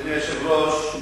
אדוני היושב-ראש,